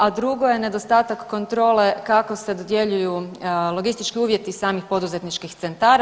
A drugo je nedostatak kontrole kako se dodjeljuju logistički uvjeti samih poduzetničkih centara.